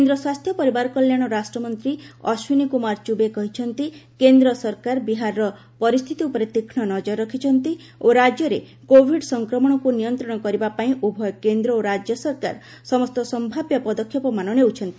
କେନ୍ଦ୍ର ସ୍ୱାସ୍ଥ୍ୟ ପରିବାର କଲ୍ୟାଣ ରାଷ୍ଟ୍ରମନ୍ତ୍ରୀ ଅଶ୍ୱିନୀ କୁମାର ଚୁବେ କହିଛନ୍ତି କେନ୍ଦ୍ର ସରକାର ବିହାରର ପରିସ୍ଥିତି ଉପରେ ତୀକ୍ଷ୍ଣ ନଜର ରଖିଛନ୍ତି ଓ ରାଜ୍ୟରେ କୋଭିଡ୍ ସଂକ୍ରମଣକୁ ନିୟନ୍ତ୍ରଣ କରିବା ପାଇଁ ଉଭୟ କେନ୍ଦ୍ର ଓ ରାଜ୍ୟ ସରକାର ସମସ୍ତ ସମ୍ଭାବ୍ୟ ପଦକ୍ଷେପମାନ ନେଉଛନ୍ତି